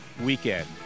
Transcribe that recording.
weekend